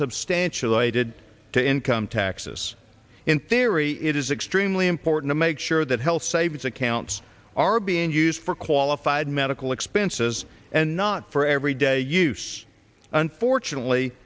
substantial aided to income taxes in theory it is extremely important to make sure that health savings accounts are being used for qualified medical expenses and not for every day use unfortunately